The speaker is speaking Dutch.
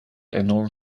enorm